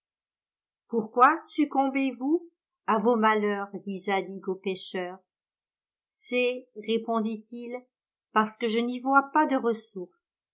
pourquoi succombez vous à vos malheurs dit zadig au pêcheur c'est répondit-il parceque je n'y vois pas de ressource